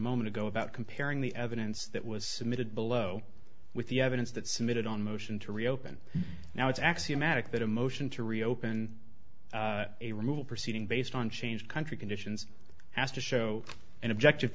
moment ago about comparing the evidence that was submitted below with the evidence that submitted on motion to reopen now it's axiomatic that a motion to reopen a removal proceeding based on changed country conditions has to show an objective